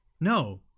No